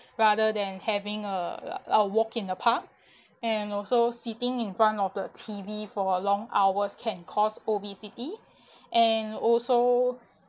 rather than having uh a a walk in the park and also sitting in front of the T_V for long hours can cause obesity and also